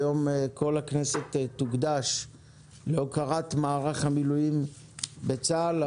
היום כל הכנסת תוקדש להוקרת מערך המילואים בצה"ל,